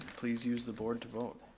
please use the board to vote.